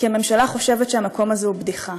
כי הממשלה חושבת שהמקום הזה הוא בדיחה.